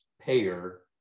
payer